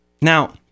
Now